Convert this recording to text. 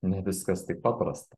ne viskas taip paprasta